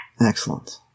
Excellent